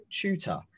tutor